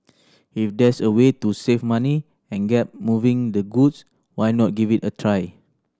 if there's a way to save money and get moving the goods why not give it a try